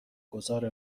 گذار